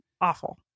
awful